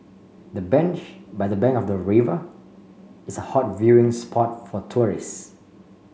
the bench by the bank of the river is a hot viewing spot for tourists